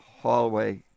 hallway